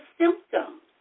symptoms